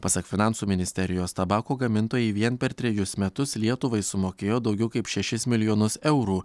pasak finansų ministerijos tabako gamintojai vien per trejus metus lietuvai sumokėjo daugiau kaip šešis milijonus eurų